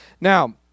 Now